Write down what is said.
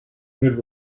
lid